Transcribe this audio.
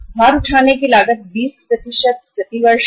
भार उठाने की लागत 20 प्रति वर्ष है